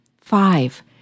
Five